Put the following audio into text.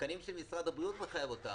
התקנים שמשרד הבריאות מחייב אותם,